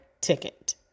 ticket